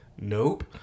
Nope